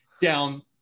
down